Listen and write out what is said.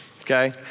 okay